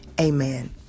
Amen